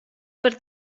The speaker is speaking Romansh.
per